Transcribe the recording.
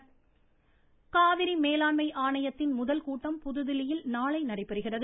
காவிரி மேலாண்மை காவிரி மேலாண்மை ஆணையத்தின் முதல் கூட்டம் புதுதில்லியில் நாளை நடைபெறுகிறது